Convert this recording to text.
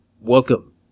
Welcome